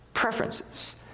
preferences